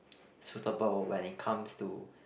so the problem when it comes to